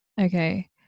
Okay